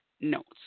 Notes